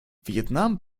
вьетнам